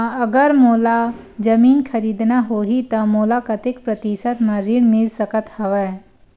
अगर मोला जमीन खरीदना होही त मोला कतेक प्रतिशत म ऋण मिल सकत हवय?